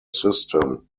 system